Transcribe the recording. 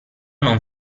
non